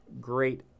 great